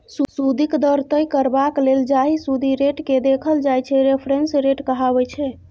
सुदिक दर तय करबाक लेल जाहि सुदि रेटकेँ देखल जाइ छै रेफरेंस रेट कहाबै छै